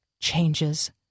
changes